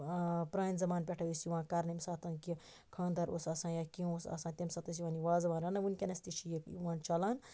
پرانہِ زَمان پیٚٹھ ٲسۍ یِوان کَرنہٕ ییٚمہِ ساتَن کہِ خانٛدَر اوس آسان یا کینٛہہ اوس آسان تمہِ ساتہٕ ٲسۍ یِوان یہِ وازوان رَننہٕ ونکیٚنَس تہِ چھُ یہِ وۄنۍ چَلان